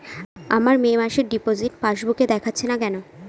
আমার মে মাসের ডিপোজিট পাসবুকে দেখাচ্ছে না কেন?